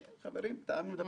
כל הדיבורים על